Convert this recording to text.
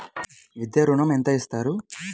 విద్యా ఋణం ఎంత ఇస్తారు?